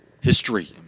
history